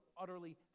utterly